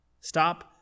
Stop